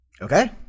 Okay